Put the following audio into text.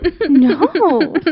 no